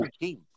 team